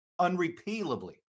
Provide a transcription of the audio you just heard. unrepealably